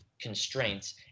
constraints